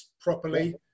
properly